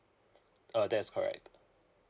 uh that is correct